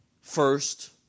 First